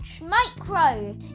micro